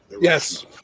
Yes